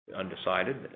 undecided